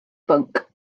bwnc